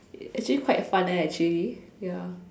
actually quite fun eh actually ya